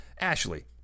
Ashley